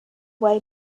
way